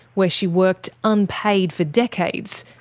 where she worked unpaid for decades,